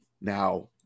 now